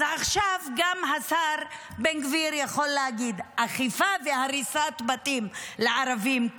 אז עכשיו גם השר בן גביר יכול להגיד: אכיפה והריסת בתים לערבים,